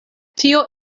tio